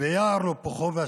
ויער לופוחובה,